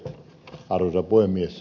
arvoisa puhemies